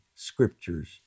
Scriptures